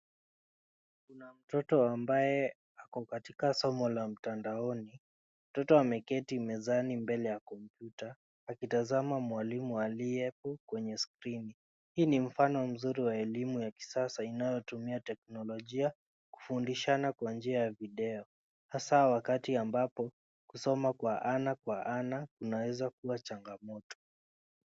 Mtoto ambaye ako katika somo la mtandaoni, mtoto ameketi mezani mbele ya kompyuta akitazama mwalimu aliyekuwepo kwenye skrini. Hii ni mfano mzuri wa elimu ya kisasa inayotumia teknolojia kufundishana kwa njia ya video hasa wakati ambapo kusoma ana kwa ana unaweza kuwa changamoto.